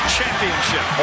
Championship